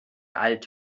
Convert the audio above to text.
alt